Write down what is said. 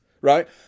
right